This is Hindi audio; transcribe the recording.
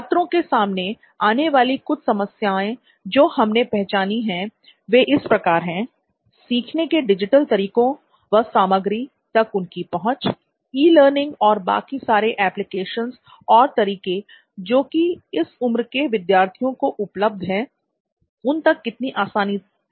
छात्रों के सामने आने वाली कुछ समस्याएं जो हमने पहचानी है वे इस प्रकार है सीखने के डिजिटल तरीकों व सामग्री तक उनकी पहुंच ई लर्निंग और बाकी सारे एप्लीकेशंस और तरीके जो कि इस उम्र के विद्यार्थियों को उपलब्ध है उन तक कितनी आसानी से पहुंचते है